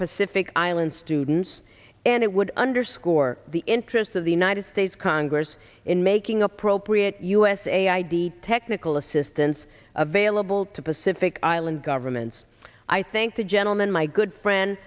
pacific island students and it would underscore the interest of the united states congress in making appropriate usa id technical assistance available to pacific island governments i thank the gentleman my good friend